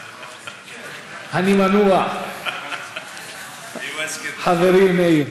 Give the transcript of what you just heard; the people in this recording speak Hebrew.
בארץ, אני מנוע, חברי מאיר.